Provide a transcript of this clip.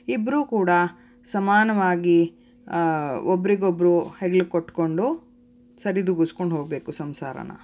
ಇಬ್ಬರೂ ಕೂಡ ಸಮಾನವಾಗಿ ಒಬ್ಬರಿಗೊಬ್ರು ಹೆಗಲು ಕೊಟ್ಟುಕೊಂಡು ಸರಿದೂಗಸ್ಕೊಂಡು ಹೋಗಬೇಕು ಸಂಸಾರನ